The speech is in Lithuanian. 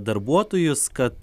darbuotojus kad